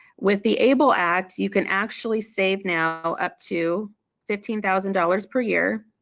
with the able act, you can actually save now up to fifteen thousand dollars per year,